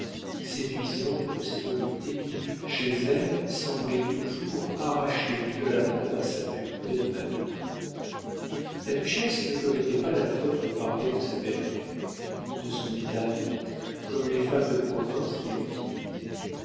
séduisante de ces voluptés qui chez elle semblaient toujours arrachées violemment à sa pureté de madone la duchesse ne commettait pas la faute de parler de sa vertu ni de son état d'ange comme les femmes de province qui l'ont